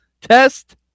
test